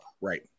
Right